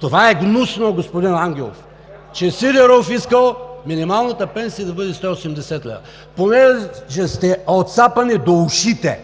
Това е гнусно, господин Ангелов, че Сидеров искал минималната пенсия да бъде 180 лева. Понеже сте оцапани до ушите